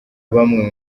bamwe